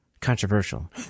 controversial